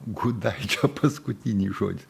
gudaičio paskutinis žodis